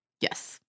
yes